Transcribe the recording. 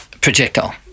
projectile